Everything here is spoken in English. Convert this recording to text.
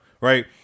right